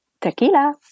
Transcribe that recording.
Tequila